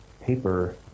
paper